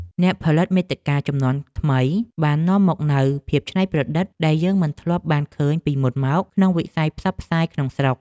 អ្នកផលិតមាតិកាជំនាន់ថ្មីបាននាំមកនូវភាពច្នៃប្រឌិតដែលយើងមិនធ្លាប់បានឃើញពីមុនមកក្នុងវិស័យផ្សព្វផ្សាយក្នុងស្រុក។